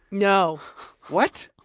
no what?